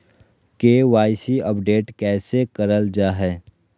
KYC update कैसे करल जाहै?